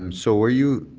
um so were you